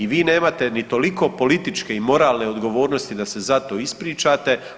I vi nemate ni toliko političke i moralne odgovornosti da se za to ispričate.